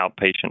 outpatient